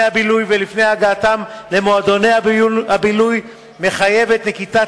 הבילוי ולפני הגעתם למועדוני הבילוי מחייבת נקיטת